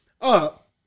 up